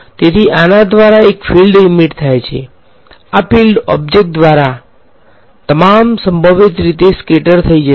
તેથી આના દ્વારા એક ફીલ્ડ ઈમીટ થાય છે આ ફીલ્ડ ઑબ્જેક્ટ દ્વારા તમામ સંભવિત રીતે સ્કેટર થઈ જશે